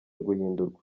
guhindurwa